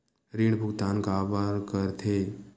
ऋण भुक्तान काबर कर थे?